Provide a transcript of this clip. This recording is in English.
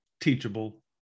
teachable